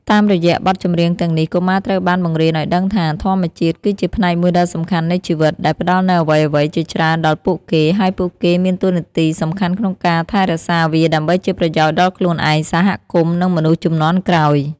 តាមរយៈបទចម្រៀងទាំងនេះ កុមារត្រូវបានបង្រៀនឲ្យដឹងថា ធម្មជាតិគឺជាផ្នែកមួយដ៏សំខាន់នៃជីវិត ដែលផ្តល់នូវអ្វីៗជាច្រើនដល់ពួកគេ ហើយពួកគេមានតួនាទីសំខាន់ក្នុងការថែរក្សាវា ដើម្បីជាប្រយោជន៍ដល់ខ្លួនឯង សហគមន៍ និងមនុស្សជំនាន់ក្រោយ។